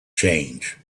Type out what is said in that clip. change